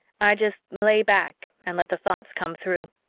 i just lay back and let the thoughts come through.